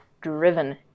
driven